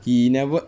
he never